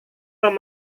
tom